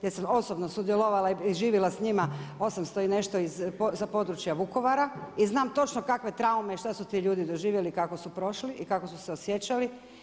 Ja sam osobno sudjelovala i živjela s njima 800 i nešto, za područja Vukovara i znam točno kakve traume i šta su ti ljudi doživjeli i kako su prošli i kako su se osjećali.